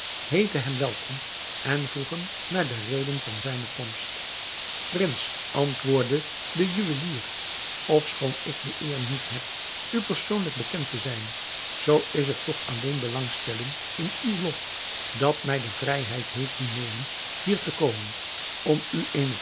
heette hem welkom en vroeg hem naar de reden van zijne komst prins antwoordde de juwelier ofschoon ik de eer niet heb u persoonlijk bekend te zijn zoo is het toch alleen belangstelling in uw lot dat mij de vrijheid heeft doen nemen hier te komen om u